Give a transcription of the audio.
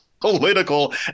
political